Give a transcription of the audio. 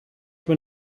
when